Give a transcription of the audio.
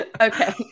Okay